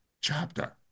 chapter